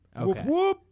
Okay